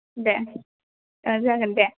दे जागोन दे